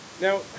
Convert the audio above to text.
Now